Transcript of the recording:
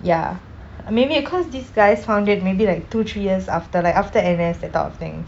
ya maybe cause these guys found it maybe like two three years after like after N_S that type of thing